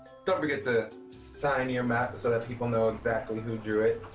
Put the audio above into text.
don't forget to sign your map so that people know exactly who drew it.